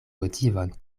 motivon